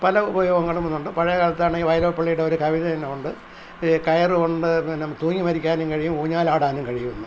പല ഉപയോഗങ്ങളും ഇന്നുണ്ട് പഴയകാലത്താണെങ്കിൽ വയലോപ്പള്ളിയുടെ ഒരു കവിത തന്നുണ്ട് ഈ കയർ കൊണ്ടു പിന്നെ തൂങ്ങി മരിക്കാനും കഴിയും ഊഞ്ഞാലാടാനും കഴിയുമെന്ന്